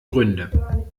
gründe